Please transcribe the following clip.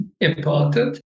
important